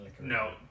no